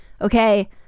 okay